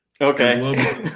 Okay